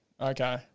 Okay